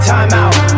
Timeout